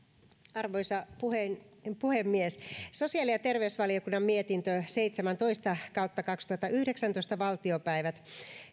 arvoisa puhemies sosiaali ja terveysvaliokunnan mietintö seitsemäntoista kautta kaksituhattayhdeksäntoista vp